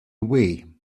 away